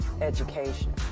education